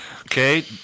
Okay